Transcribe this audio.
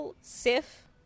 Sif